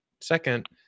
second